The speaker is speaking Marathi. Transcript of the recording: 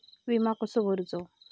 विमा कसो भरूचो?